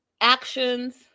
actions